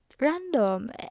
random